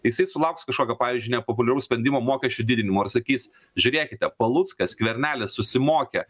jisai sulauks kažkokio pavyzdžiui nepopuliaraus sprendimo mokesčių didinimo ir sakys žiūrėkite paluckas skvernelis susimokė